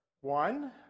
one